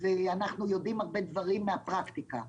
ויודעים הרבה דברים מהפרקטיקה.